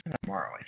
tomorrow